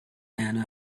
ana